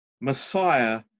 Messiah